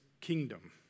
kingdom